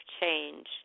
change